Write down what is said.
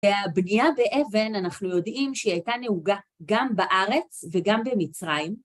הבנייה באבן, אנחנו יודעים שהיא הייתה נהוגה גם בארץ וגם במצרים.